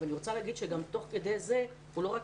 אני רוצה לומר שגם תוך כדי זה הוא לא רק